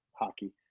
hockey